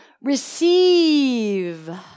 Receive